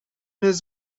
his